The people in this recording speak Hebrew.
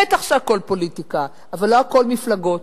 בטח שהכול פוליטיקה, אבל לא הכול מפלגות,